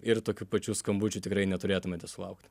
ir tokių pačių skambučių tikrai neturėtumėte sulaukt